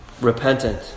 repentant